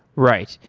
right.